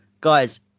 guys